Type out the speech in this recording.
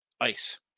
ice